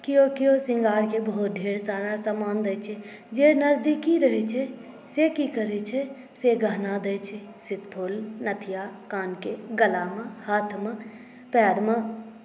केओ केओ शृंगारके बहुत सारा समान दै छै जे नजदीकी रहै छै से की करै छै से गहना दै छै सितफुल नथिआ कानके गलामे हाथमे पैरमे